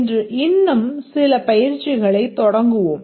இன்று இன்னும் சில பயிற்சிகளைத் தொடங்குவோம்